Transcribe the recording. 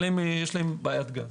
יש להם בעיית גז.